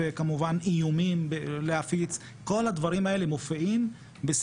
זה לא שהוא נפגע טכנולוגי.